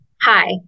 Hi